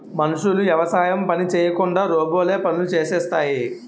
మనుషులు యవసాయం పని చేయకుండా రోబోలే పనులు చేసేస్తాయి